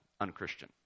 unchristian